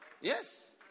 Yes